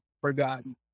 forgotten